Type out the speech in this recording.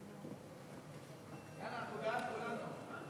יאללה, אנחנו בעד, כולנו.